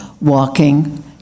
walking